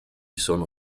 sono